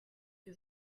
que